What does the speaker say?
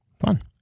Fun